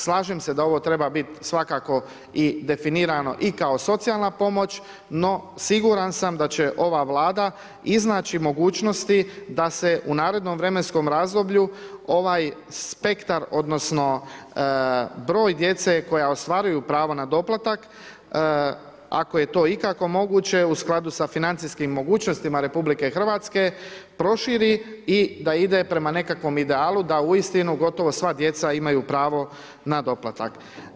Slažem se da ovo treba biti svakako definirano i kao socijalna pomoć, no siguran sam da će ova Vlada iznaći mogućnosti da se u narednom vremenskom razdoblju ovaj spektar odnosno broj djece koja ostvaruju pravo na doplatak, ako je to ikako moguće u skladu sa financijskim mogućnostima RH proširi i da ide prema nekakvom idealu da uistinu gotovo sva djeca imaju pravo na doplatak.